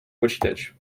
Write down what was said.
počítač